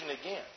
again